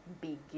begin